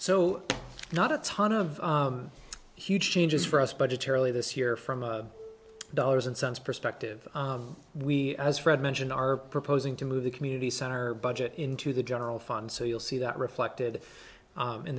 so not a ton of huge changes for us budgetary this year from a dollars and cents perspective we as fred mentioned are proposing to move the community center budget into the general fund so you'll see that reflected